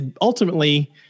ultimately